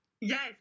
Yes